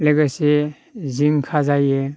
लोगोसे जिंखा जायो